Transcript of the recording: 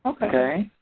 okay?